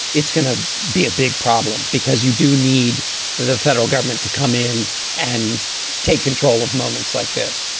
it's going to be a big problem because you do need the federal government to come in and take control of moments like this.